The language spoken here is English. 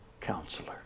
counselor